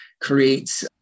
creates